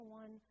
one